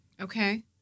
Okay